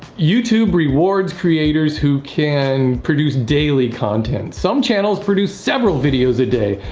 youtube rewards creators who can produce daily content some channels produce several videos a day.